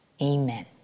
Amen